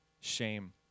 shame